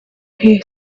who